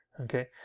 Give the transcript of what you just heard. Okay